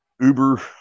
Uber